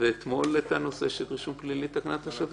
ואתמול את הנושא של הרישום פלילי ותקנת השבים.